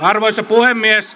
arvoisa puhemies